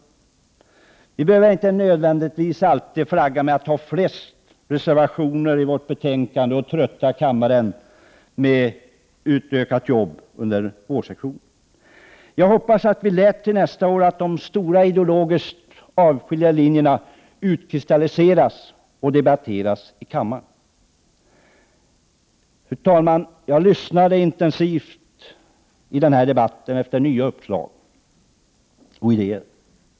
Vi i bostadsutskottet behöver inte nödvändigtvis alltid flagga med att vi har flest reservationer i våra betänkanden och på så sätt trötta kammaren med utökat arbete under vårsessionen. Jag hoppas att vi har lärt oss till nästa år och att de stora ideologiskt avskiljande linjerna utkristalliseras och debatteras i kammaren. Fru talman! Jag har i denna debatt lyssnat intensivt efter nya uppslag och idéer.